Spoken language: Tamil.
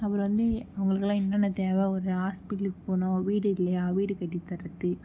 அப்புறம் வந்து அவங்களுக்குலாம் என்னென்ன தேவை ஒரு ஹாஸ்பிட்டலுக் போகனும் வீடு இல்லையா வீடு கட்டி தரது